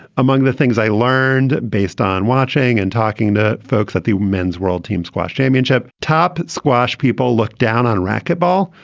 among the things i learned based on watching and talking to folks at the women's world team squash championship. top squash people looked down on racquetball,